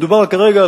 מדובר כרגע,